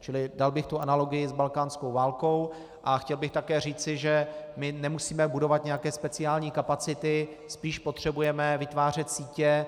Čili dal bych tu analogii s balkánskou válkou a chtěl bych také říci, že my nemusíme budovat nějaké speciální kapacity, spíš potřebujeme vytvářet sítě,